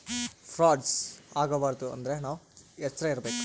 frauds ಆಗಬಾರದು ಅಂದ್ರೆ ನಾವ್ ಎಚ್ರ ಇರ್ಬೇಕು